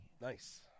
Nice